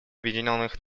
объединенных